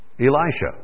Elisha